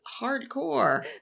hardcore